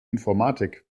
informatik